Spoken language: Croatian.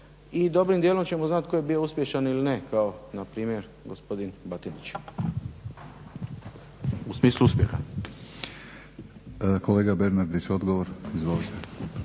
dobrim dijelom ćemo znati tko je bio uspješan ili ne kao npr. gospodin Batinić u smislu uspjeha. **Batinić, Milorad